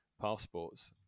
passports